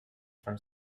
from